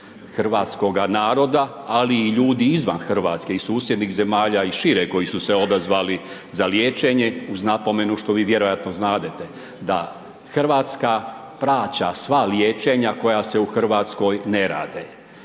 hrvatskoga naroda ali i ljudi izvan Hrvatske i susjednih zemalja i šire koji su se odazvali za liječenje, uz napomenu što vi vjerojatno znadete da Hrvatska plaća sva liječenja koja se u Hrvatskoj ne rade.